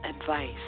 advice